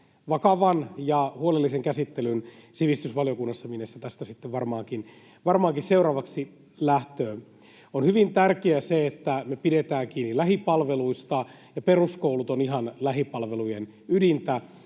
vakavan ja huolellisen käsittelyn sivistysvaliokunnassa, minne se tästä sitten varmaankin seuraavaksi lähtee. On hyvin tärkeää, että me pidetään kiinni lähipalveluista, ja peruskoulut ovat ihan lähipalvelujen ydintä.